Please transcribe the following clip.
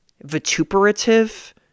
Vituperative